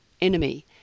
enemy